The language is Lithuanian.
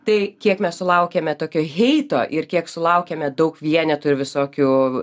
tai kiek mes sulaukėme tokio heito ir kiek sulaukėme daug vienetų ir visokių